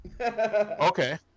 Okay